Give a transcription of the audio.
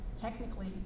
technically